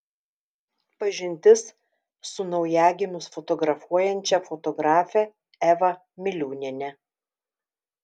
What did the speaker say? pažintis su naujagimius fotografuojančia fotografe eva miliūniene